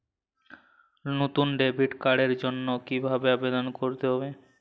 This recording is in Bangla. নতুন ডেবিট কার্ডের জন্য কীভাবে আবেদন করতে হবে?